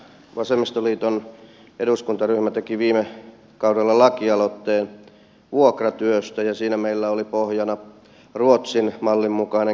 vasemmistoliiton eduskuntaryhmä teki viime kaudella lakialoitteen vuokratyöstä ja siinä meillä oli pohjana ruotsin mallin mukainen käytäntö